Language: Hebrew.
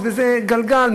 וזה גלגל,